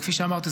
וכפי שאמרתי,